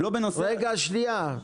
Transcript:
רגע שנייה,